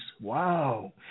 Wow